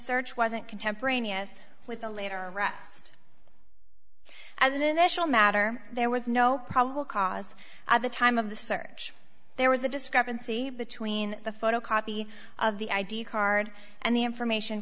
search wasn't contemporaneous with a later arrest as an initial matter there was no probable cause at the time of the search there was a discrepancy between the photocopy of the id card and the information